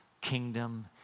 kingdom